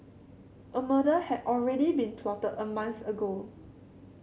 a murder had already been plotted a month ago